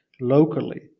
locally